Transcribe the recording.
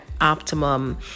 optimum